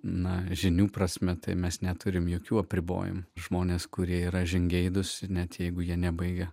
na žinių prasme tai mes neturime jokių apribojimų žmonės kurie yra žingeidūs net jeigu jie nebaigę